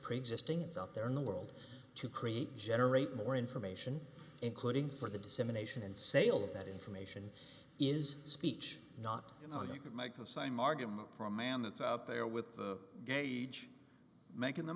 preexisting it's out there in the world to create generate more information including for the dissemination and sale of that information is speech not you know you could make the same argument for a man that's out there with the gauge making the